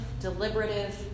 deliberative